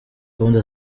gahunda